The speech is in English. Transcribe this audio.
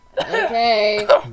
Okay